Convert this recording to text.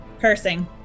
cursing